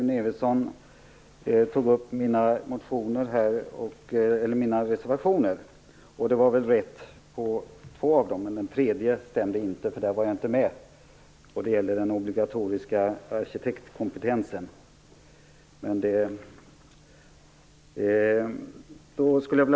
Herr talman! Rune Evensson kommenterade mina tre reservationer. Det var i och för sig rätt i fråga om två av dem, men den tredje reservationen, som gällde den obligatoriska arkitektkompetensen, var jag inte med på.